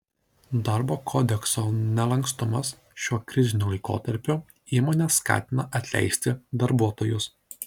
darbo kodekso nelankstumas šiuo kriziniu laikotarpiu įmones skatina atleisti darbuotojus